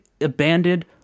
abandoned